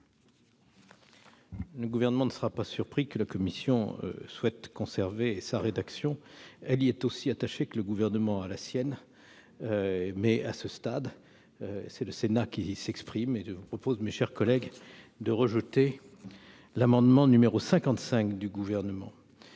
Le Gouvernement ne sera pas surpris que la commission souhaite conserver sa rédaction ; elle y est aussi attachée que le Gouvernement à la sienne. À ce stade, c'est le Sénat qui s'exprime et je vous propose, mes chers collègues, de rejeter l'amendement n° 55 du Gouvernement.